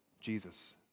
Jesus